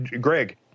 Greg